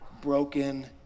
broken